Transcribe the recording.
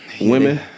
Women